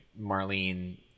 Marlene